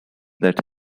that